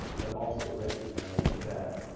but also recognize that